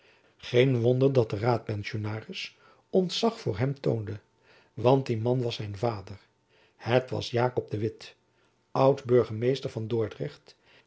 geen wonder dat de raadpensionaris ontzach voor hem toonde want die man was zijn vader het was jakob de witt oud-burgemeester van dordrecht